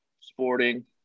Sporting